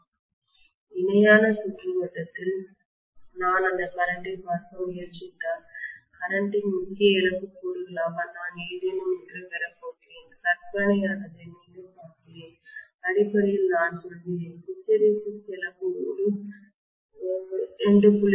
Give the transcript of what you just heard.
ஆம் இணையான சுற்றுவட்டத்தில் நான் அந்த கரண்ட்டை பார்க்க முயற்சித்தால் கரண்ட் இன் முக்கிய இழப்புக் கூறுகளாக நான் ஏதேனும் ஒன்றைப் பெறப்போகிறேன் கற்பனையானது மீண்டும் பார்க்கிறேன் அடிப்படையில் நான் சொல்கிறேன் ஹிஸ்டெரெசிஸ் இழப்பு ஒரு 2